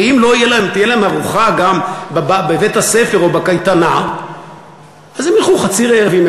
ואם לא תהיה להם ארוחה גם בבית-הספר או בקייטנה אז הם ילכו חצי רעבים.